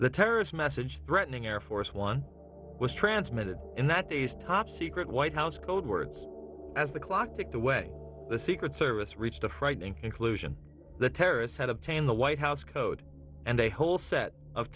the terrorist message threatening air force one was transmitted in that day's top secret white house code words as the clock ticked away the secret service reached a frightening conclusion the terrorists had obtained the white house code and a whole set of